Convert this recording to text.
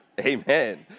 Amen